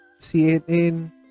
CNN